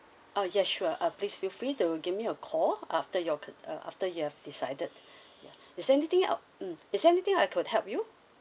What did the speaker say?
oh yes sure uh please feel free to give me a call after your uh after you have decided ya is there anything else mm is there anything else I could help you